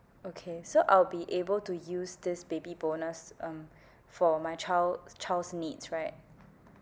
okay so I'll be able to use this baby bonus um for my child child's needs right